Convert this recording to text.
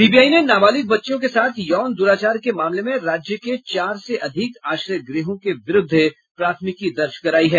CBI ने नाबालिग बच्चियों के साथ यौन दुराचार के मामले में राज्य के चार से अधिक आश्रय गृहों के विरुद्ध प्राथमिकी दर्ज कराई है